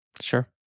Sure